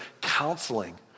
counseling